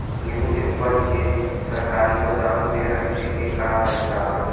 गेहूँ के ऊपज के सरकारी गोदाम मे रखे के का तरीका बा?